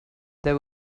there